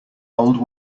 old